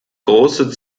große